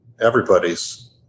everybody's